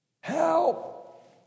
Help